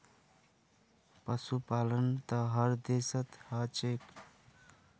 पशुपालन त हर देशत ह छेक